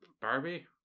Barbie